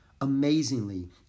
Amazingly